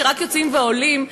שרק יוצאים ועולים,